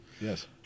yes